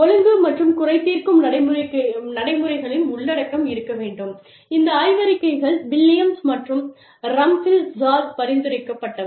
ஒழுங்கு மற்றும் குறை தீர்க்கும் நடைமுறைகளின் உள்ளடக்கம் இருக்க வேண்டும் இந்த ஆய்வறிக்கைகள் வில்லியம்ஸ் மற்றும் ரம்பிள்ஸால் பரிந்துரைக்கப்பட்டவை